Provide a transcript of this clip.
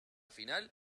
final